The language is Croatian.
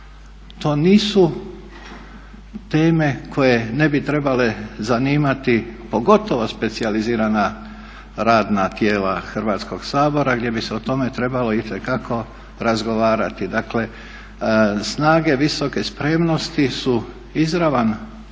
To nisu teme koje ne bi trebale zanimati pogotovo specijalizirana radna tijela Hrvatskog sabora gdje bi se o tome trebalo itekako razgovarati. Dakle, snage visoke spremnosti su izravan